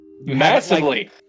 Massively